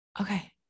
okay